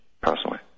personally